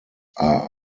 are